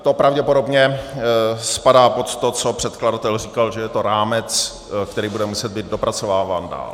To pravděpodobně spadá pod to, co předkladatel říkal, že je to rámec, který bude muset být dopracováván dál.